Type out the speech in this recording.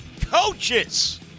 coaches